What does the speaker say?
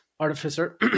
Artificer